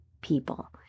people